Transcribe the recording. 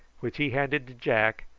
which he handed to jack,